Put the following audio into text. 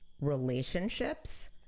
relationships